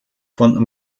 von